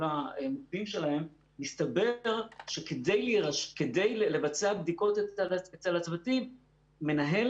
מסתבר שכדי לבצע בדיקות אצל הצוותים מנהל